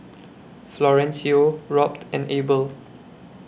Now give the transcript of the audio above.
Florencio Robt and Abel